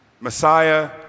Messiah